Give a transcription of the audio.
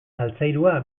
altzairua